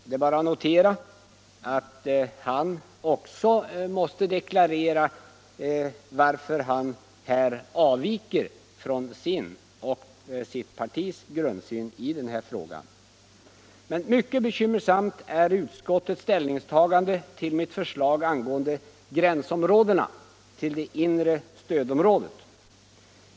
Det är bara att notera att herr Nordin också måste deklarera varför han här avviker från sin egen och sitt partis grundsyn i denna fråga. Mycket bekymmersamt är utskottets ställningstagande till mitt förslag angående gränserna till det inre stödområdet.